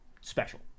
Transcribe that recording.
special